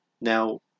now